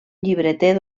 llibreter